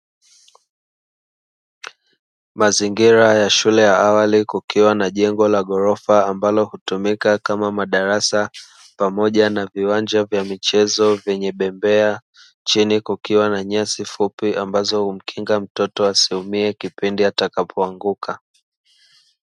Mazingira ya shule ya awali, kukiwa na jengo la ghorofa ambalo hutumika kama madarasa pamoja na viwanja vya michezo vyenye bembea, chini kukiwa na nyasi fupi ambazo humkinga mtoto asiumie kipindi atakapoanguka.